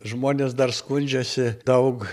žmonės dar skundžiasi daug